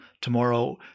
tomorrow